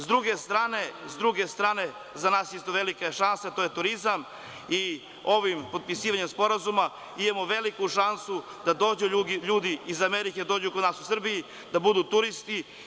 S druge strane, za nas isto velika je šansa, to je turizam i ovim potpisivanjem sporazuma imamo veliku šansu da dođu drugi ljudi iz Amerike, da dođu kod nas u Srbiju da budu turisti.